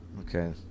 Okay